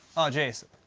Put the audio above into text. oh, jason.